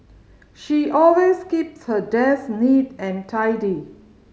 she always keeps her desk neat and tidy